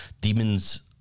demons